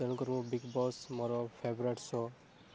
ତେଣୁକରି ମୁଁ ବିଗ୍ବସ୍ ମୋର ଫେବରାଇଟ୍ ଶୋ